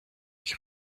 qui